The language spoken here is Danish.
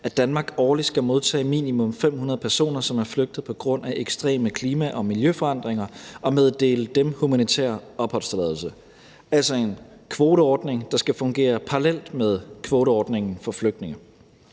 at Danmark årligt skal modtage minimum 500 personer, som er flygtet på grund af ekstreme klima- og miljøforandringer, og meddele dem humanitær opholdstilladelse, altså en kvoteordning, der skal fungere parallelt med kvoteordningen for flygtninge.